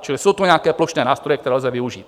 Čili jsou to nějaké plošné nástroje, které lze využít.